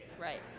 Right